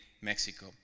Mexico